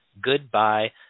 Goodbye